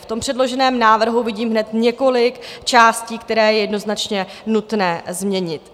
V předloženém návrhu vidím hned několik částí, které je jednoznačně nutné změnit.